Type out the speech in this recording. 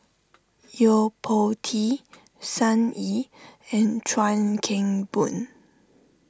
Yo Po Tee Sun Yee and Chuan Keng Boon